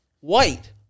White